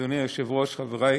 אדוני היושב-ראש, חברי,